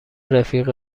رفیق